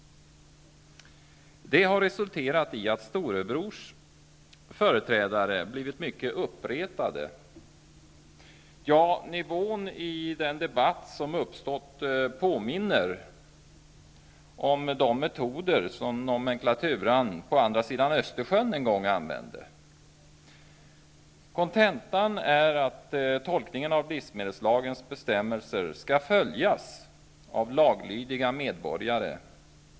Det har resulterat i att storebrors företrädare blivit mycket uppretade. Nivån i den debatt som uppstått påminner om de metoder som nomenklaturan på andra sidan Östersjön en gång använde. Kontentan är att tolkningen av livsmedelslagens bestämmelser skall följas av laglydiga medborgare.